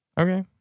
Okay